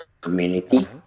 community